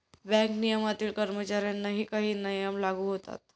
bank नियमनातील कर्मचाऱ्यांनाही काही नियम लागू होतात